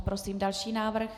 Prosím další návrh.